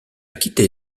quitté